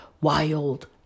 wild